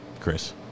Chris